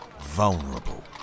vulnerable